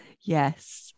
Yes